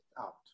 out